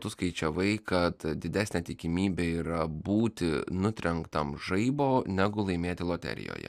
tu skaičiavai kad didesnė tikimybė yra būti nutrenktam žaibo negu laimėti loterijoje